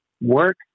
work